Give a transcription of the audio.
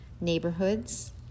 neighborhoods